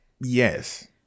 Yes